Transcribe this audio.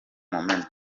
mumena